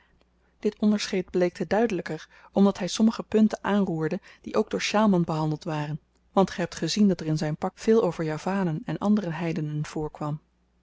dit onderscheid bleek te duidelyker omdat hy sommige punten aanroerde die ook door sjaalman behandeld waren want ge hebt gezien dat er in zyn pak veel over javanen en andere heidenen voorkwam